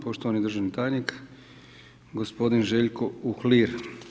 Poštovani državni tajnik gospodin Željko Uhlir.